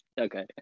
Okay